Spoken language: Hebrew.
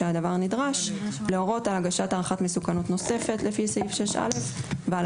כי הדבר נדרש להורות על הגשת הערכת מסוכנות נוספת לפי סעיף 6א ועל